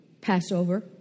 Passover